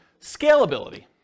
Scalability